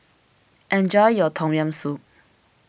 enjoy your Tom Yam Soup